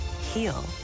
heal